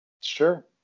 Sure